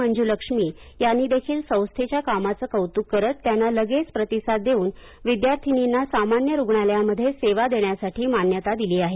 मंजुलक्ष्मी यांनीदेखील संस्थेच्या कामाचं कौतुक करत त्यांना लगेच प्रतिसाद देऊन विद्यार्थींनींना सामान्य रुग्णालयामध्ये सेवा देण्यासाठी मान्यता दिली आहे